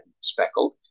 speckled